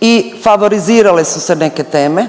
i favorizirale su se neke teme.